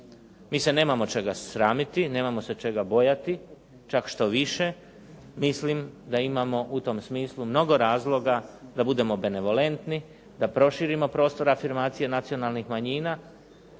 Mi se nemamo čega sramiti, nemamo se čega bojati. Čak štoviše, mislim da imamo u tom smislu mnogo razloga da bude benevolentni, da proširimo prostor afirmacije nacionalnih manjina